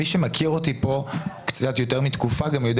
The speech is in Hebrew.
מי שמכיר אותי קצת יותר מתקופה גם יודע